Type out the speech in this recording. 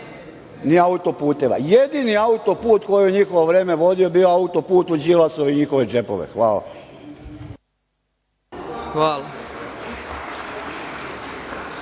ni auto-puteva. Jedini auto-put koji je u njihovo vreme vodio, bio je auto-put u Đilasove i njihove džepove. Hvala. **Ana